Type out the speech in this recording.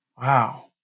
Wow